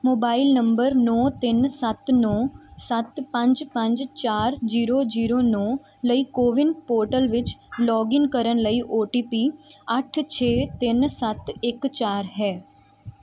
mobile number ਨੌ ਤਿੰਨ ਸੱਤ ਨੌ ਸੱਤ ਪੰਜ ਪੰਜ ਚਾਰ ਜ਼ੀਰੋ ਜ਼ੀਰੋ ਨੌ ਲਈ ਕੋਵਿਨ ਪੋਰਟਲ ਵਿੱਚ ਲੌਗਇਨ ਕਰਨ ਲਈ ਓ ਟੀ ਪੀ ਅੱਠ ਛੇ ਤਿੰਨ ਸੱਤ ਇੱਕ ਚਾਰ ਹੈ